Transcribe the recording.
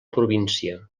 província